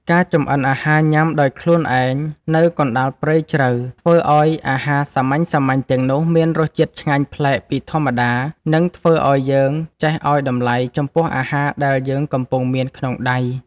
ការចម្អិនអាហារញ៉ាំដោយខ្លួនឯងនៅកណ្ដាលព្រៃជ្រៅធ្វើឱ្យអាហារសាមញ្ញៗទាំងនោះមានរសជាតិឆ្ងាញ់ប្លែកពីធម្មតា និង ធ្វើឱ្យយើងចេះឱ្យតម្លៃចំពោះអាហារដែលយើងកំពុងមានក្នុងដៃ។